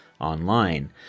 Online